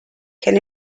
can